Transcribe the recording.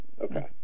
Okay